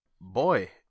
Boy